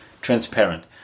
transparent